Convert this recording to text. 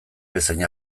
bezain